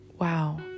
wow